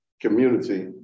community